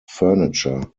furniture